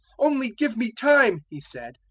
only give me time he said,